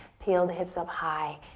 peel the hips up high,